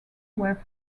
were